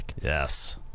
Yes